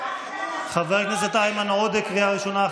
חבר הכנסת בליאק, קריאה ראשונה.